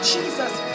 Jesus